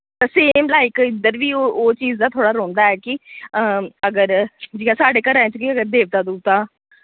same like इद्दर वि ओह् चीज दा थोह्ड़ा रोह्नदा ऐ कि अगर जि'यां साढ़े घरें च गै अगर देवता दुवता